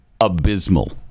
abysmal